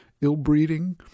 ill-breeding